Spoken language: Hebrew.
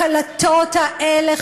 הקלטות האלה,